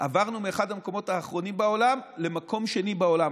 עברנו מאחד המקומות האחרונים בעולם למקום שני בעולם.